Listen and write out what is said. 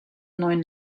neuen